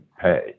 pay